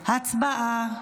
הצבעה.